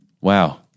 Wow